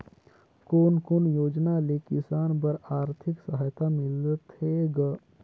कोन कोन योजना ले किसान बर आरथिक सहायता मिलथे ग?